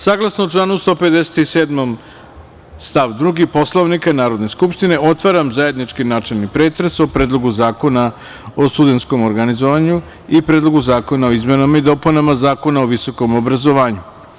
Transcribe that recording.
Saglasno članu 157. stav 2. Poslovnika Narodne skupštine, otvaram zajednički načelni pretres o Predlogu zakona o studentskom organizovanju i Predlogu zakona o izmenama i dopunama Zakona o visokom obrazovanju.